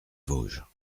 vosges